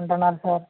అంటున్నారు సార్